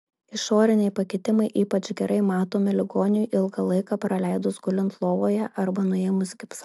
išoriniai pakitimai ypač gerai matomi ligoniui ilgą laiką praleidus gulint lovoje arba nuėmus gipsą